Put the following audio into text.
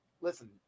listen